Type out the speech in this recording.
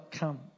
come